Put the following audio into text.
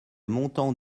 montant